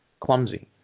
clumsy